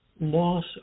loss